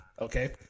Okay